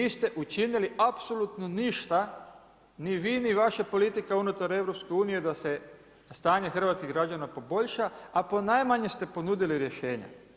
Vi niste učinili apsolutno ništa ni vi ni vaša politika unutar EU da se stanje hrvatskih građana poboljša, a ponajmanje ste ponudili rješenja.